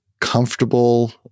comfortable